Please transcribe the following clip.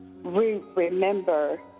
remember